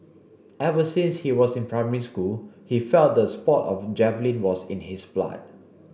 ever since he was in primary school he felt the sport of javelin was in his blood